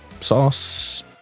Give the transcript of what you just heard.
Sauce